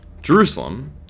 Jerusalem